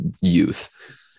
youth